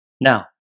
Now